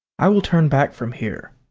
i will turn back from here.